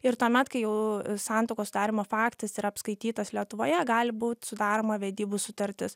ir tuomet kai jau santuokos sudarymo faktas yra apskaitytas lietuvoje gali būt sudaroma vedybų sutartis